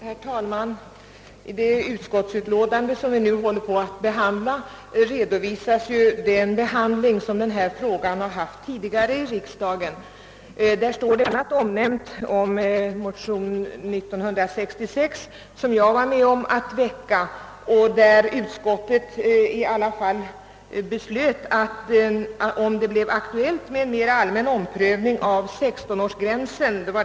Herr talman! I det utskottsutlåtande som vi nu behandlar redovisas hur frågan tidigare har handlagts i riksdagen, och därvid omnämns bl.a. en motion beträffande 16-årsgränsen som jag var med om att väcka år 1966.